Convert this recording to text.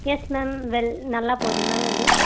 S ma'am well நல்லா போகுது ma'am அது